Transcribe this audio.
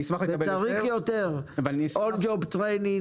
AllJobs ,